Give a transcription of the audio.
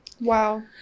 Wow